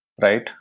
right